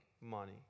money